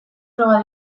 proba